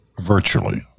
virtually